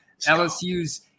LSU's